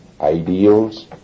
ideals